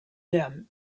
them